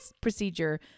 procedure